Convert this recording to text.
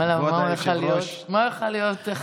מה הוא יכול היה להיות?